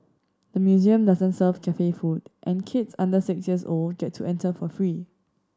the museum doesn't serve cafe food and kids under six years old get to enter for free